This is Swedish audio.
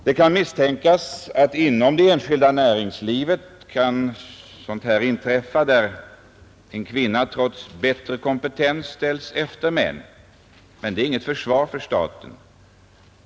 Det kan misstänkas att det inom det enskilda näringslivet kan inträffa att en kvinna trots bättre kompetens ställs efter män. Men det är inget försvar för staten.